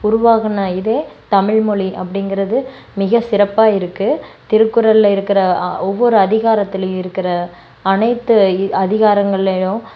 உருவாக்கின இதே தமிழ்மொழி அப்படிங்கிறது மிக சிறப்பாக இருக்கு திருக்குறளில் இருக்கிற ஒவ்வொரு அதிகாரத்துலையும் இருக்கிற அனைத்து இ அதிகாரங்கள்லையும்